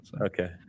okay